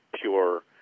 pure